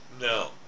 No